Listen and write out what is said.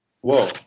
Whoa